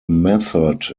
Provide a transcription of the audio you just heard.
method